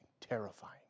terrifying